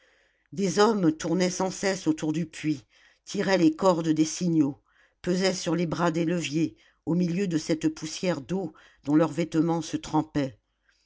des hommes tournaient sans cesse autour du puits tiraient les cordes des signaux pesaient sur les bras des leviers au milieu de cette poussière d'eau dont leurs vêtements se trempaient